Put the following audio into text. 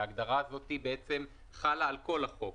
וההגדרה הזאת בעצם החלה על החוק,